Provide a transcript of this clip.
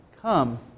comes